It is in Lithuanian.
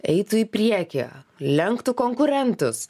eitų į priekį lenktų konkurentus